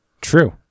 True